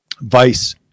vice